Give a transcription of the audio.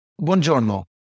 buongiorno